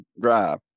drive